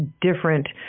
different